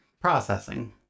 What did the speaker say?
processing